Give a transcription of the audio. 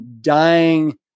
dying